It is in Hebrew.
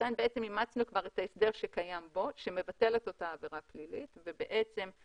לכן אימצנו כבר את ההסדר שקיים בו שמבטל את אותה עבירה פלילית ואנחנו